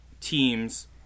Teams